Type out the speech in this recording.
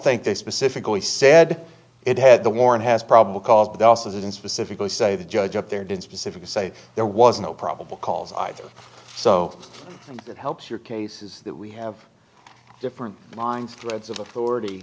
think they specifically said it had the warrant has probable cause but they also didn't specifically say the judge up there didn't specifically say there was no probable cause either so that helps your case is that we have different lines threads of authority